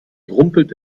rumpelte